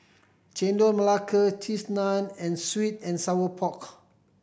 Chendol Melaka Cheese Naan and sweet and sour pork